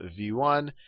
v1